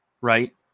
right